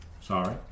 sorry